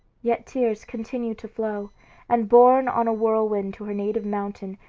yet tears continued to flow and borne on a whirlwind to her native mountain,